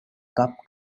cup